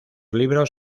libros